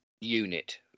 unit